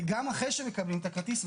גם אחרי שמקבלים את הכרטיס,